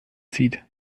zieht